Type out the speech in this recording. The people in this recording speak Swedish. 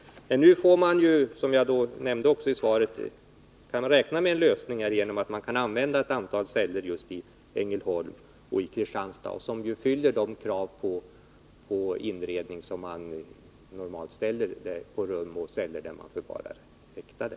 Men som jag nämnde i svaret kan polisen i Helsingborg nu räkna med en lösning, genom att man kan använda ett antal celler i Ängelholm och Kristianstad som uppfyller de krav när det gäller inredning som normalt ställs på rum och celler där man förvarar häktade.